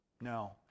No